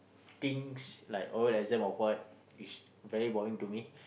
things like oral exam or what is very boring to me